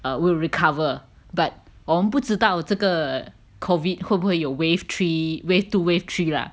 will recover but 我们不知道这个 COVID 会不会有 wave three wave two wave three lah